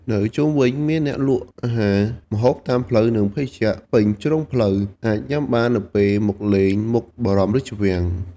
នៅជុំវិញមានអ្នកលក់អាហារ ម្ហូបតាមផ្លូវ និងភេសជ្ជៈពេញជ្រុងផ្លូវ អាចញ៉ាំបាននៅពេលមកលេងមុខបរមរាជវាំង។